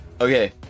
okay